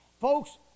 folks